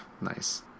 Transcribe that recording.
nice